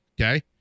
Okay